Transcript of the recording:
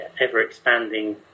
ever-expanding